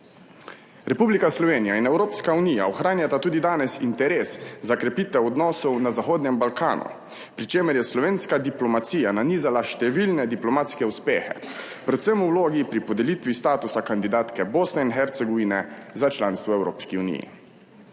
Republika Slovenija in Evropska unija ohranjata tudi danes interes za krepitev odnosov na Zahodnem Balkanu, pri čemer je slovenska diplomacija nanizala številne diplomatske uspehe, predvsem v vlogi pri podelitvi statusa kandidatke Bosne in Hercegovine za članstvo v Evropski uniji.